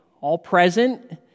all-present